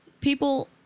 people